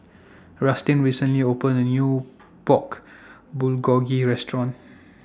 Rustin recently opened A New Pork Bulgogi Restaurant